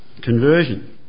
Conversion